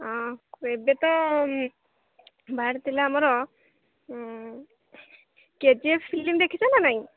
ହଁ ଏବେ ତ ବାହାରେ ଥିଲା ଆମର କେଜିଏଫ୍ ଫିଲ୍ମ ଦେଖିଚ ନା ନାଇଁ